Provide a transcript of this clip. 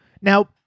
Now